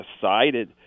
decided